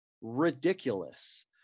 ridiculous